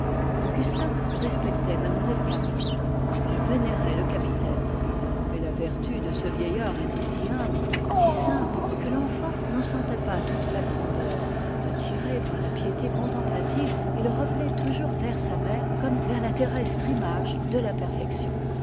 augustin respectait mlle cariste il vénérait le capitaine mais la vertu de ce vieillard était si humble que l'enfant n'en sentait pas toute la grandeur attiré par la piété contemplative il revenait toujours vers sa mère comme vers la terrestre image de la perfection